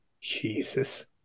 Jesus